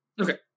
Okay